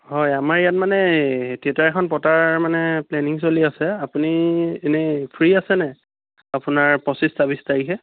হয় আমাৰ ইয়াত মানে থিয়েটাৰ এখন পতাৰ কথা মানে প্লেনিং চলি আছে আপুনি এনেই ফ্ৰী আছেনে আপোনাৰ পঁচিছ ছাব্বিছ তাৰিখে